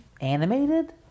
animated